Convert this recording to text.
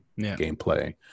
gameplay